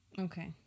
Okay